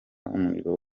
umuriro